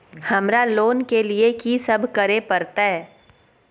हमरा लोन के लिए की सब करे परतै?